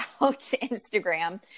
Instagram